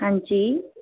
हां जी